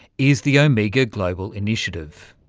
is the omega global initiative.